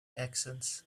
actions